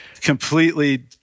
Completely